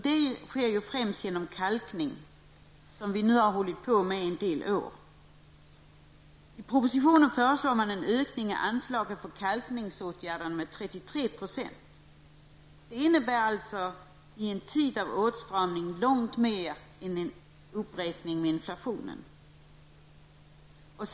Detta sker främst genom kalkning, som vi nu har hållit på med en del år. I propositionen föreslås en 33-procentig ökning av anslaget till kalkningsåtgärder. Det innebär, i en tid av åtstramning, långt mer än vad som skulle motsvara en inflationsuppräkning.